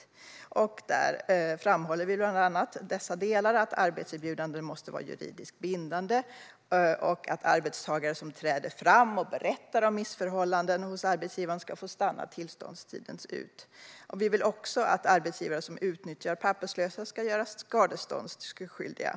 I dessa delar framhåller vi bland annat att arbetserbjudanden måste vara juridiskt bindande och att arbetstagare som träder fram och berättar om missförhållanden hos arbetsgivaren ska få stanna tillståndstiden ut. Vi vill också att arbetsgivare som utnyttjar papperslösa ska göras skadeståndsskyldiga.